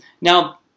Now